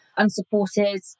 unsupported